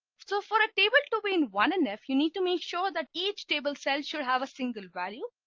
so for a table to win one and if you need to make sure that each table cells should have a single value.